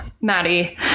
Maddie